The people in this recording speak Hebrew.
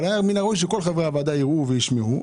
היה מן הראוי שכל חברי הוועדה יראו וישמעו,